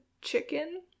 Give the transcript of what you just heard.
chicken